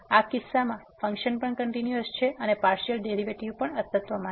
આ કિસ્સામાં ફંક્શન પણ કંટીન્યુઅસ છે અને પાર્સીઅલ ડેરીવેટીવ પણ અસ્તિત્વમાં છે